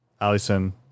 Allison